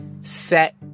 set